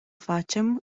facem